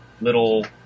little